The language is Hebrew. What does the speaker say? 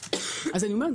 אז אני אומרת,